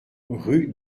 rue